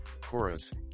Chorus